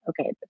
okay